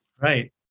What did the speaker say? Right